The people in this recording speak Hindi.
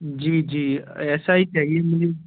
जी जी ऐसा ही चाहिए मुझे भी